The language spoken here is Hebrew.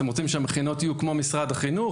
אתם רוצים שהמכינות יהיו כמו משרד החינוך?